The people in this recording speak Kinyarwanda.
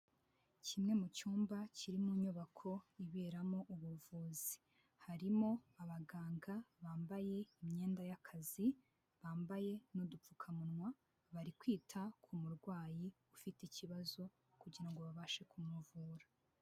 Kimwe mu cyumba kiri mu nyubako iberamo ubuvuzi harimo abaganga bambaye imyenda y'akazi, bambaye n'udupfukamunwa, bari kwita ku murwayi ufite ikibazo kugira ngo babashe kumuvura.